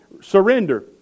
surrender